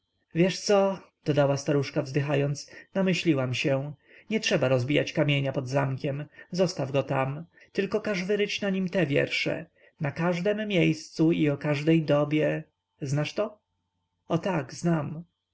wiesz co dodała staruszka wzdychając namyśliłam się nietrzeba rozbijać kamienia pod zamkiem zostaw go tam tylko kaź wyryć na nim te wiersze na każdem miejscu i o każdej dobie znasz to o tak znam